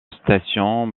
station